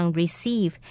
receive